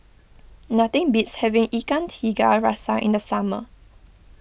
nothing beats having Ikan Tiga Rasa in the summer